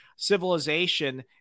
civilization